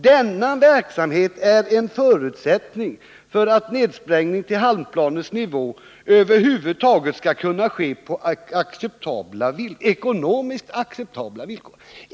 Denna verksamhet är en förutsättning för att nedsprängning till hamnplanens nivå över huvud taget skall kunna ske på ekonomiskt acceptabla villkor.